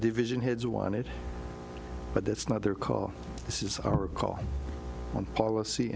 division heads wanted but that's not their call this is our call on policy